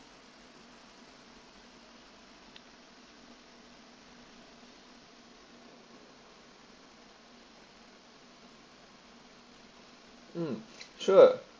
mm sure